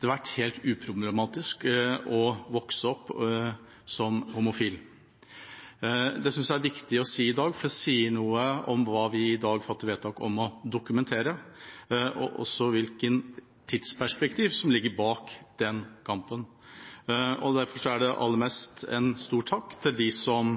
det vært helt uproblematisk å vokse opp som homofil. Det synes jeg er viktig å si i dag, for det sier noe om hva vi i dag fatter vedtak om å dokumentere, og også hvilket tidsperspektiv som ligger bak den kampen. Derfor er det aller mest en stor takk til dem som